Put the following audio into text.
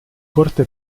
corte